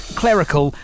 clerical